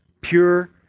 pure